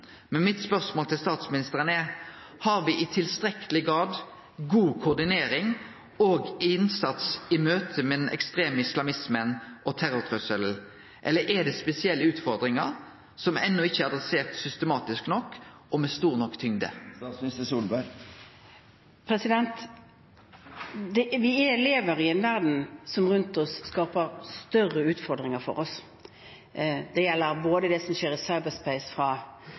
men mitt spørsmål til statsministeren er: Har me i tilstrekkeleg grad god koordinering og innsats i møte med den ekstreme islamismen og terrortrusselen, eller er det spesielle utfordringar som enno ikkje er adresserte systematisk nok, og med stor nok tyngd? Vi lever i en verden som rundt oss skaper større utfordringer for oss. Det gjelder både det som skjer i cyberspace fra